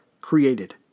created